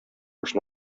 өчен